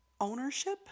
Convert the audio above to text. ownership